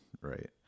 Right